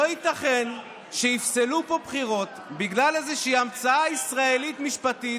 לא ייתכן שיפסלו פה בחירות בגלל איזושהי המצאה ישראלית משפטית,